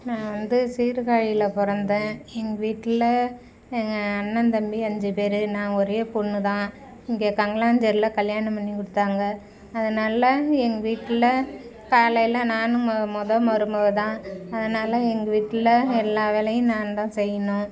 நான் வந்து சீர்காழியில் பிறந்தேன் எங் வீட்டில் எங்கள் அண்ணன் தம்பி அஞ்சு பேர் நான் ஒரே பொண்ணு தான் இங்கே கங்களாச்சேரியில் கல்யாணம் பண்ணிக் கொடுத்தாங்க அதனால எங் வீட்டில் காலையில் நானும் மொ மொதல் மருமக தான் அதனால் எங்கள் வீட்டில் எல்லா வேலையும் நான் தான் செய்யணும்